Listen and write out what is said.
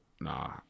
nah